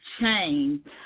change